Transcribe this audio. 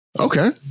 okay